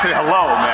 hello, man.